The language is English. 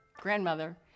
grandmother